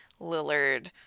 Lillard